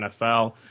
NFL